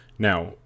Now